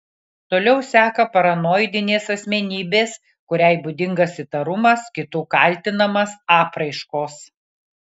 toliau seka paranoidinės asmenybės kuriai būdingas įtarumas kitų kaltinamas apraiškos